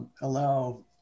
allow